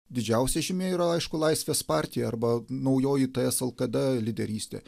didžiausia žymė yra aišku laisvės partija arba naujoji tslkd lyderystė